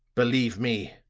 believe me,